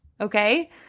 Okay